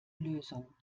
lösung